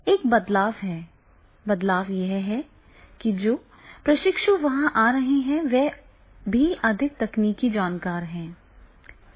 एक बदलाव है बदलाव यह है कि जो प्रशिक्षु वहां आ रहे हैं वे भी अधिक तकनीकी जानकार हैं